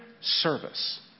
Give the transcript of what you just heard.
service